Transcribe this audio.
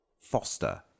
foster